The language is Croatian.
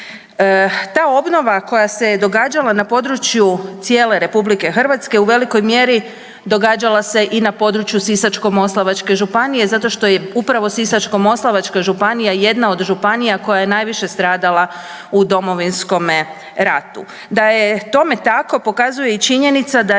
Ta obnova koja se događala na području cijele Republike Hrvatske u velikoj mjeri događala se i na području Sisačko-moslavačke županije zato što je upravo Sisačko-moslavačka županija jedna od županija koja je najviše stradala u Domovinskome ratu. Da je tome tako pokazuje i činjenica da je